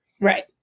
Right